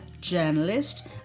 journalist